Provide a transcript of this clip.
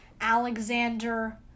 Alexander